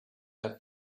had